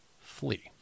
flee